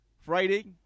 Friday